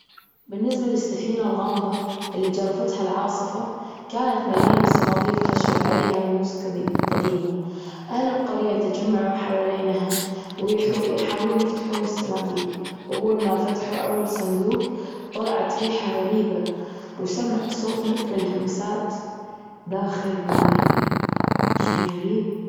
بالنسبة للسفينة الغامضة اللي جرفتها العاصفة كانت مليانة صناديق خشب عليها رموز قدي- قديمة. أهل القرية تجمعوا حوالينها ويح- يحاولون يفتحون الصناديج. وأول ما فتحوا أول صندوج طلعت ريحة غريبة وسمعوا صوت مثل الهمسات داخل شي غريب.